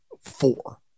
four